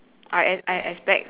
I ex~ I expect